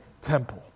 temple